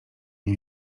nie